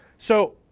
so